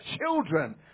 children